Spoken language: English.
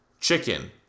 chicken